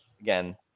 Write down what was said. Again